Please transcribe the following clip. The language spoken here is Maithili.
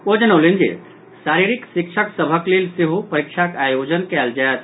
ओ जनौलनि जे शारीरिक शिक्षक सभक लेल सेहो परीक्षाक आयोजन कयल जायत